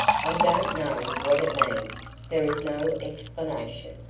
i don't know what it means. there is no explanation.